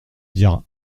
dire